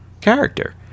character